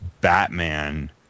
batman